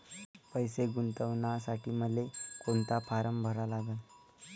पैसे गुंतवासाठी मले कोंता फारम भरा लागन?